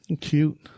Cute